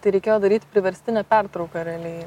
tai reikėjo daryt priverstinę pertrauką realiai